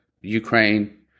Ukraine